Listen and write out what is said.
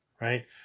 right